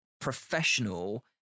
professional